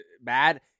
bad